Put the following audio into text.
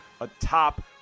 atop